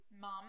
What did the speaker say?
mom